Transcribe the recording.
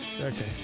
Okay